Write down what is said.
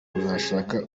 uzashaka